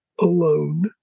alone